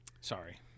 sorry